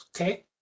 okay